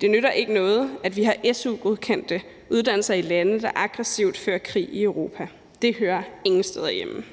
Det nytter ikke noget, at vi har su-godkendte uddannelser i lande, der aggressivt fører krig i Europa. Det hører ingen steder hjemme.